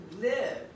live